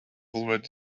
already